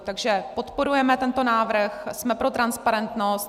Takže podporujeme tento návrh, jsme pro transparentnost.